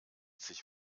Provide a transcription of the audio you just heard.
sich